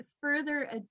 further